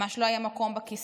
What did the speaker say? ממש לא היה מקום בכיסאות,